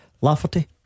Lafferty